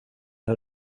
her